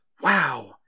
wow